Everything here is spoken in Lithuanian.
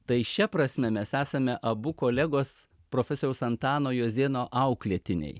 tai šia prasme mes esame abu kolegos profesoriaus antano jozėno auklėtiniai